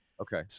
Okay